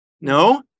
No